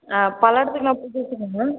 ஆ பல்லடத்துக்கு நான் புதுசுங்கண்ணா